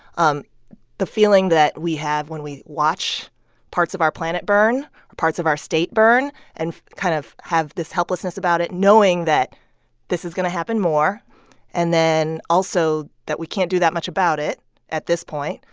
um the feeling that we have when we watch parts of our planet burn, parts of our state burn and kind of have this helplessness about it knowing that this is going to happen more and then, also, that we can't do that much about it at this point.